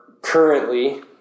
currently